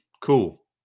Cool